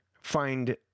find